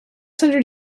hundred